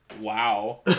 Wow